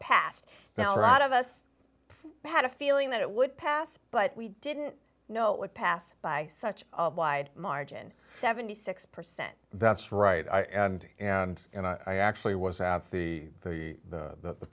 past now a lot of us i had a feeling that it would pass but we didn't know it would pass by such a wide margin seventy six percent that's right and and and i actually was at the party that the